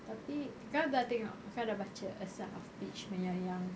tapi kau dah tengok kau dah baca a son of peach punya yang